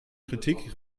kritik